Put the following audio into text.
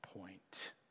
point